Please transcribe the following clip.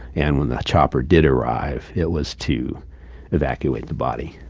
and when the chopper did arrive, it was to evacuate the body.